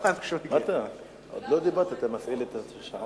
השר